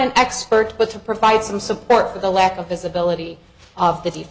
an expert but to provide some support for the lack of visibility of